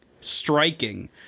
striking